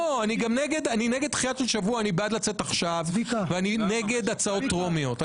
אני בעד לצאת עכשיו, ואני נגד הצעות טרומיות.